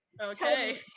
Okay